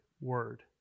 word